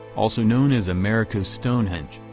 also known as america's stonehenge,